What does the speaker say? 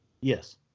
yes